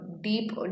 deep